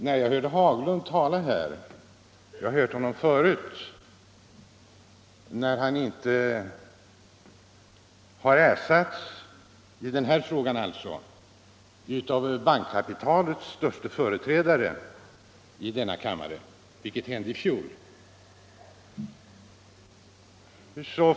När jag nyss hörde herr Haglund tala här fann jag att hans jargong var likadan nu som förra gången — jag har nämligen hört honom tala här förut i den här frågan, när han inte har ersatts av bankkapitalets störste företrädare i denna kammare, vilket hände i fjol.